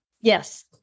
Yes